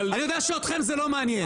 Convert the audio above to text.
אני יודע שאתכם זה לא מעניין,